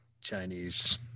Chinese